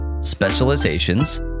specializations